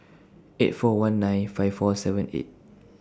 eight four one nine five four seven eight